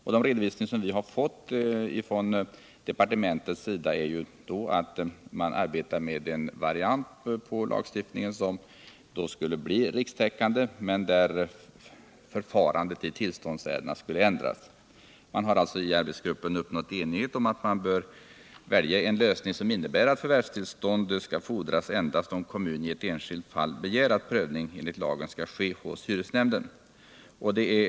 Av den redovisning vi fått från departementet framgår att man där arbetat med att få fram en variant av lagstiftningen som avses bli rikstäckande, men med ändrat förfarande i samband med tillståndsärendena. Man har alltså i arbetsgruppen uppnått enighet om att man bör välja en lösning som innebär att förvärvstillstånd skall fordras endast om kommuni ett enskilt fall begär att lagenlig prövning hos hyresnämnden skall ske.